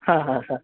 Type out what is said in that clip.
हा हा हा